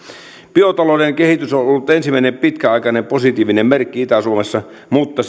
biotalouden kehitys on on ollut ensimmäinen pitkäaikainen positiivinen merkki itä suomessa mutta